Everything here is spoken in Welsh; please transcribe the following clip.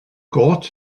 gôt